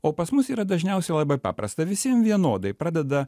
o pas mus yra dažniausiai labai paprasta visiem vienodai pradeda